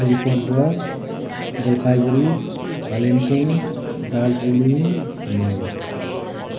Alipurduar Jalpaiguri Kalimpong Darjeeling Malda